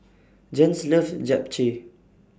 Jens loves Japchae